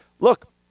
look